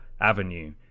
avenue